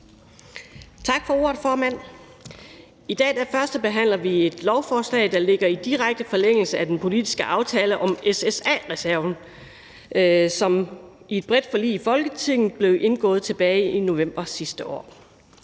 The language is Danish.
Tak for ordet, formand. I dag førstebehandler vi et lovforslag, der ligger i direkte forlængelse af den politiske aftale om ssa-reserven, som med et bredt forlig i Folketinget blev indgået tilbage i november sidste år.